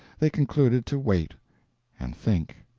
they concluded to wait and think,